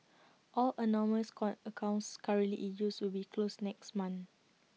all anonymous quite accounts currently in use will be closed next month